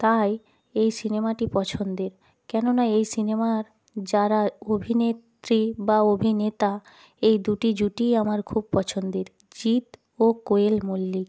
তাই এই সিনেমাটি পছন্দের কেননা এই সিনেমার যারা অভিনেত্রী বা অভিনেতা এই দুটি জুটিই আমার খুব পছন্দের জিৎ ও কোয়েল মল্লিক